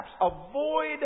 avoid